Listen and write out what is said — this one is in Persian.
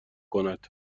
کند